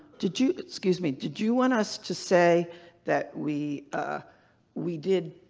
did you. excuse me. did you want us to say that we ah we did.